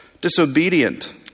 disobedient